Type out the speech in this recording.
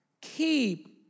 Keep